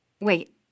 Wait